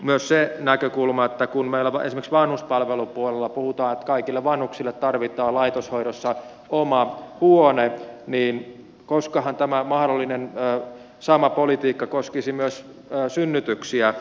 myös on se näkökulma että kun meillä esimerkiksi vanhuspalvelupuolella puhutaan että kaikille vanhuksille tarvitaan laitoshoidossa oma huone niin koskahan tämä mahdollinen sama politiikka koskisi myös synnytyksiä